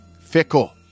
Fickle